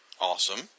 Awesome